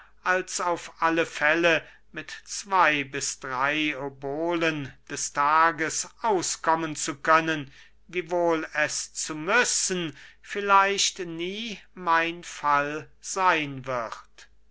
als auf alle fälle mit zwey bis drey obolen des tages auskommen zu können wiewohl es zu müssen vielleicht nie mein fall seyn wird